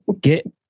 get